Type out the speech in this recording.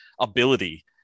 ability